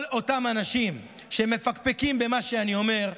כל אותם אנשים שמפקפקים במה שאני אומר,